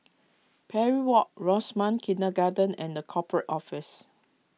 Parry Walk Rosemount Kindergarten and the Corporate Office